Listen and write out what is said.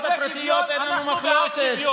על הזכויות הפרטיות אין לנו מחלוקת,